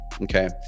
okay